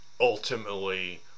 ultimately